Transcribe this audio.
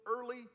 early